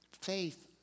faith